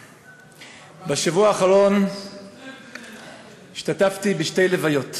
בשבוע האחרון השתתפתי בשתי הלוויות: